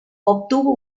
obtuvo